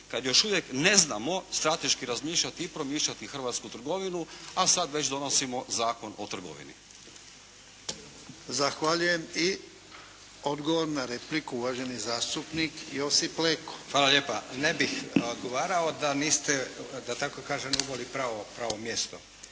kada još uvijek ne znamo strateški razmišljati i promišljati hrvatsku trgovinu a sada već donosimo Zakon o trgovini. **Jarnjak, Ivan (HDZ)** Zahvaljujem. I odgovor na repliku uvaženi zastupnik Josip Leko. **Leko, Josip (SDP)** Hvala lijepa. Ne bih odgovarao da niste, da tako kažem uboli pravo, pravo